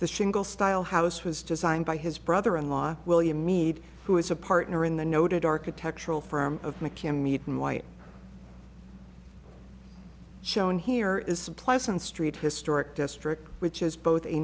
the shingle style house was designed by his brother in law william mead who is a partner in the noted architectural firm of mccann meat and white shown here is a pleasant street historic district which is both a